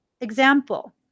example